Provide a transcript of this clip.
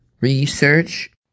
research